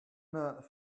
not